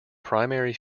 primary